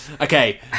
okay